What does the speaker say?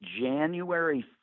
January